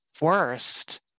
worst